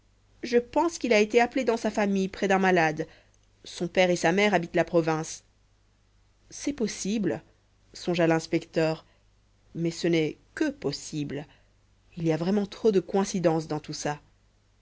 je pense qu'il a été appelé dans sa famille près d'un malade son père et sa mère habitent la province c'est possible songea l'inspecteur mais ce n'est que possible il y a vraiment trop de coïncidences dans tout ça